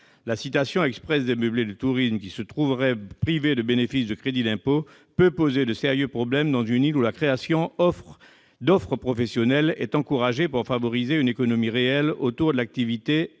La citation expresse des meublés de tourisme, qui se trouveraient privés du bénéfice du crédit d'impôt, peut poser de sérieux problèmes dans une île où la création d'offres professionnelles est encouragée pour favoriser une économie réelle autour de l'activité